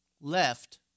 left